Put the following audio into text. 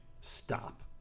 stop